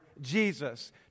Jesus